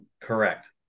correct